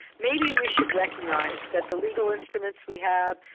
maybe we should recognise that the legal instruments we have,